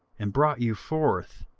and brought you forth